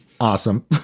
Awesome